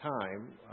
time